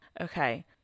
Okay